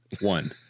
One